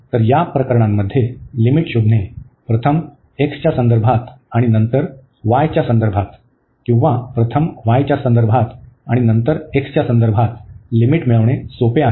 तर या प्रकरणांमध्ये लिमिट शोधणे प्रथम x च्या संदर्भात आणि नंतर y च्या संदर्भात किंवा प्रथम y च्या संदर्भात आणि नंतर x च्या संदर्भात लिमिट मिळविणे सोपे आहे